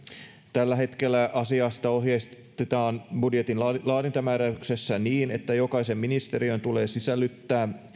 tällä hetkellä asiasta ohjeistetaan budjetin laadintamääräyksessä niin että jokaisen ministeriön tulee sisällyttää